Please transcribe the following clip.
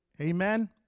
Amen